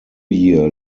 year